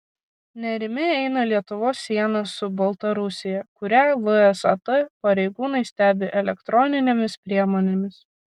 nerimi eina lietuvos siena su baltarusija kurią vsat pareigūnai stebi elektroninėmis priemonėmis